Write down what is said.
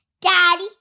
daddy